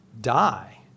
die